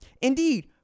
Indeed